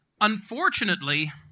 Unfortunately